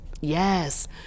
Yes